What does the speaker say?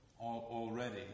already